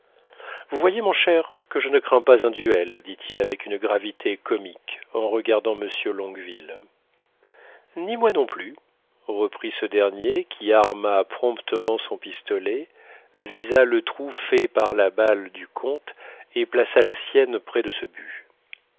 vous voyez mon cher que je ne crains pas un duel dit-il avec une gravité comique en regardant monsieur longueville ni moi non plus répliqua ce dernier qui arma promptement son pistolet visa le trou fait par la balle du comte et plaça la sienne près de ce but